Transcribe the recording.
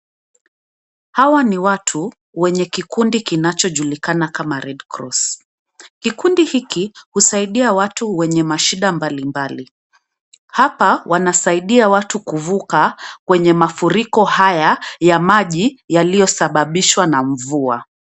Hawa ni watu wenye kikundi kinachojulikana kama Red Cross. Kikundi hiki husaidia watu wenye mashida mbalimbali. Hapa wanasaidia watu kuvuka kwenye mafuriko haya ya maji yaliyo sababishwa na mvua.